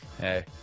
hey